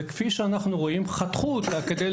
וכפי שאנחנו רואים חתכו את התמונה על